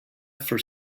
for